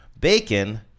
Bacon